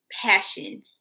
passion